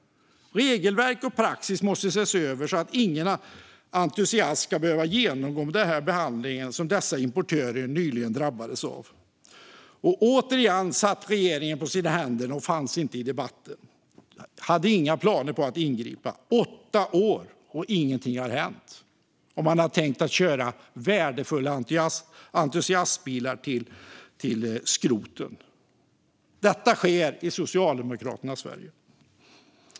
Regelverk och praxis måste ses över så att ingen entusiast ska behöva genomgå den behandling som dessa importörer nyligen drabbades av. Återigen satt regeringen på sina händer och fanns inte i debatten. Man hade inga planer på att ingripa. Åtta år och ingenting har hänt, och man har tänkt köra värdefulla entusiastbilar till skroten. Detta sker i Socialdemokraternas Sverige.